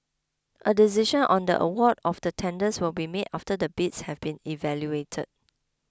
a decision on the award of the tenders will be made after the bids have been evaluated